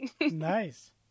Nice